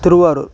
Thiruvarur